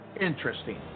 interesting